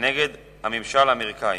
נגד הממשל האמריקני.